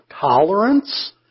tolerance